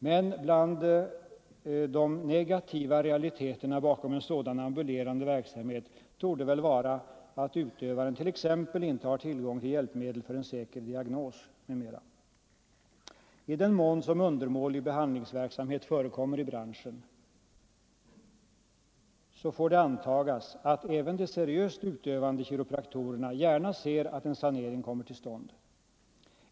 Men bland de negativa realiteterna bakom en sådan ambulerande verksamhet torde väl vara att utövaren t.ex. inte har tillgång till hjälpmedel för en säker diagnos. I den mån undermålig behandlingsverksamhet förekommer i branschen får det antagas att även de seriöst utövande kiropraktorerna gärna ser att en sanering kommer till stånd.